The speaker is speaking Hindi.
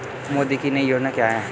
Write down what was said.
मोदी की नई योजना क्या है?